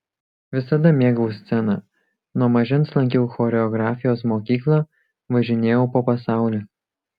visada mėgau sceną nuo mažens lankiau choreografijos mokyklą važinėjau po pasaulį